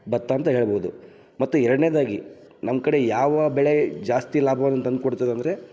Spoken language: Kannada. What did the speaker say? ಭತ್ತ ಅಂತ ಹೇಳ್ಬೋದು ಮತ್ತು ಎರಡನೇದಾಗಿ ನಮ್ಮ ಕಡೆ ಯಾವ ಬೆಳೆ ಜಾಸ್ತಿ ಲಾಭವನ್ನು ತಂದುಕೊಡ್ತದಂದ್ರೆ